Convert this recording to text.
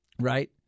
right